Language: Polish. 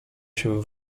się